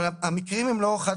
אבל המקרים הם לא חד-פעמיים.